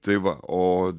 tai va o